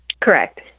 Correct